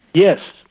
yes.